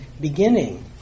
beginning